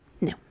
no